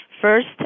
First